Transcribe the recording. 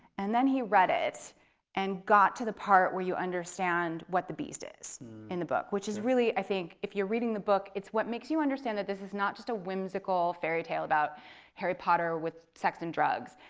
and then he read it and got to the part where you understand what the beast is in the book, which is really i think if you're reading the book what makes you understand that this is not just a whimsical fairytale about harry potter with sex and drugs,